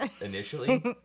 initially